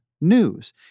news